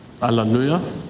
Hallelujah